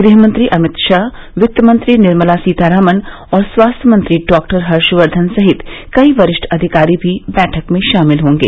गृहमंत्री अमित शाह वित्तमंत्री निर्मला सीतारामन और स्वास्थ्य मंत्री डॉक्टर हर्षवर्धन सहित कई वरिष्ठ अधिकारी भी बैठक में शामिल होंगे